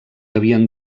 havien